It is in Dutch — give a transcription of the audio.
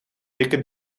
dikke